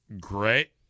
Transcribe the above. great